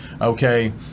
Okay